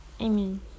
Amen